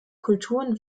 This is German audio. kulturen